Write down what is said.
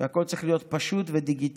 והכול צריך להיות פשוט ודיגיטלי,